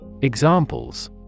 Examples